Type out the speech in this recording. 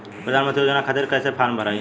प्रधानमंत्री योजना खातिर कैसे फार्म भराई?